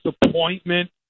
disappointment